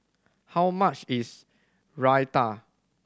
how much is Raita